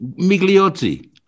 Migliotti